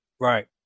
Right